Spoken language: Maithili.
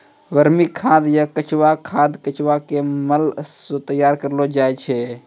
वर्मी खाद या केंचुआ खाद केंचुआ के मल सॅ तैयार करलो जाय छै